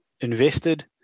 invested